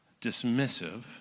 dismissive